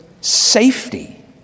safety